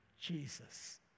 Jesus